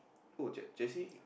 oh che~ Chelsea